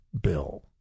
bill